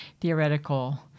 theoretical